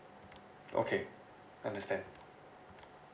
okay understand